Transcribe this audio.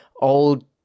old